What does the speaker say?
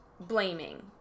blaming